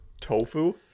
tofu